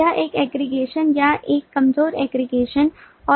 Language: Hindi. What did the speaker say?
यह एक aggregation या एक कमजोर aggregation और इतने पर है